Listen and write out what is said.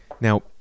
Now